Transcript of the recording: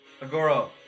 Agoro